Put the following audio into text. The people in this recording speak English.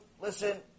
listen